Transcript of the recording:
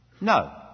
No